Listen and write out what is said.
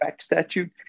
statute